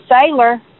sailor